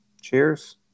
Cheers